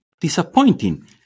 disappointing